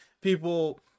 people